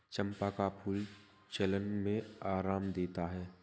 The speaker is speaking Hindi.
चंपा का फूल जलन में आराम देता है